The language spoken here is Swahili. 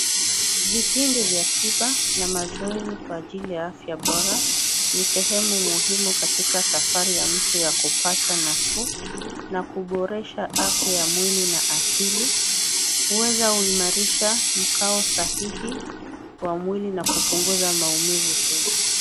Vipindi vya tiba na mazoezi kwa afya bora ni sehemu muhimu katika safari ya mtu ya kupata nafuu kwa kuboresha afya ya mwili na akili uweza kuimarisha mkao sahihi wa mwili na kupungusa maumifu suku.